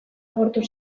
agortu